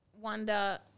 wonder –